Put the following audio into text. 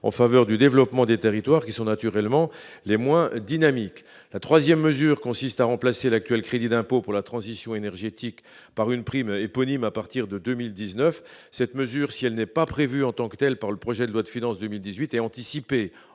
en faveur du développement des territoires qui sont naturellement les moins dynamiques, la 3ème mesure consiste à remplacer l'actuel crédit d'impôt pour la transition énergétique par une prime éponyme à partir de 2019, cette mesure, si elle n'est pas prévu en tant que tels, par le projet de loi de finances 2018 est anticipé